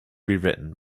rewritten